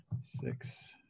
Six